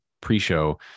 pre-show